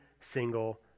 single